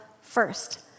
first